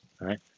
right